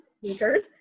Sneakers